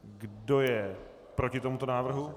Kdo je proti tomuto návrhu?